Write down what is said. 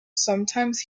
sometimes